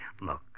Look